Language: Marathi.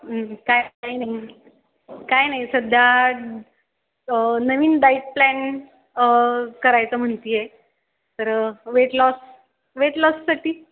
काय काय नाही काय नाही सध्या नवीन डाईट प्लॅन करायचं म्हणते आहे तर वेट लॉस वेट लॉससाठी